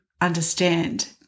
understand